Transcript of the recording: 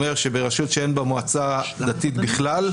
אומר שברשות שאין בה מועצה דתית בכלל,